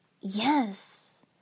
Yes